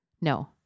no